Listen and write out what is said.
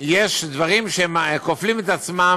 מכמה סיעות בבית ראו את הצעת החוק